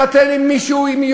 על כך שהוא יתחתן עם מישהו יהודי.